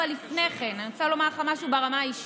אבל לפני כן אני רוצה לומר לך משהו ברמה האישית: